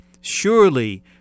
surely